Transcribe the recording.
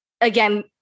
again